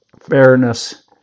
fairness